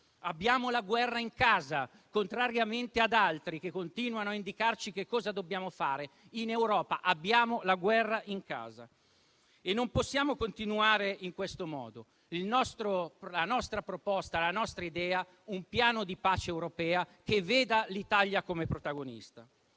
Abbiamo la guerra in casa, contrariamente ad altri, che continuano a indicarci cosa dobbiamo fare. In Europa abbiamo la guerra in casa e non possiamo continuare in questo modo. La nostra proposta, la nostra idea consiste in un piano di pace europeo che veda l'Italia come protagonista.